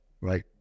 right